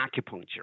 acupuncture